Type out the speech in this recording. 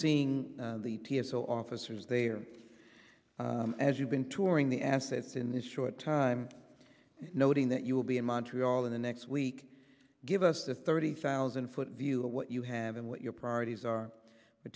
seeing the t s a officers there as you've been touring the assets in this short time noting that you will be in montreal in the next week give us the thirty thousand foot view of what you have and what your priorities are the